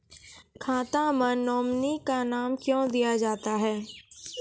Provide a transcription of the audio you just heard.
खाता मे नोमिनी का नाम क्यो दिया जाता हैं?